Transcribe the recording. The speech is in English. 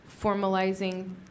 formalizing